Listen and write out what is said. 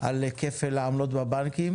על כפל העמלות בבנקים